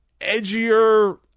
edgier